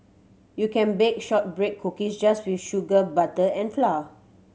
you can bake shortbread cookies just with sugar butter and flour